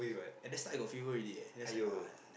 at the start I got fever already eh then I was like !aiya!